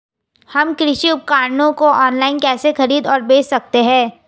हम कृषि उपकरणों को ऑनलाइन कैसे खरीद और बेच सकते हैं?